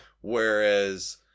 Whereas